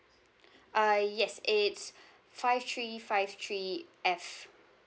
uh yes it's five three five three F